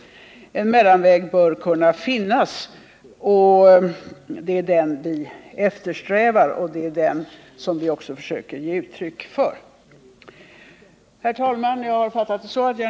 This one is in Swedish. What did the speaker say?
En medelväg bör kunna finnas. Det är den vi försöker ge uttryck för.